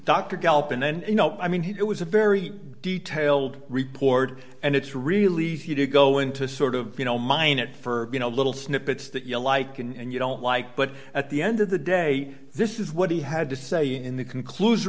doctor galpin and you know i mean it was a very detailed report and it's really easy to go into sort of you know mine it for you know a little snippets that you like and you don't like but at the end of the day this is what he had to say in the conclus